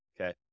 Okay